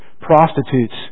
prostitutes